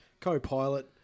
co-pilot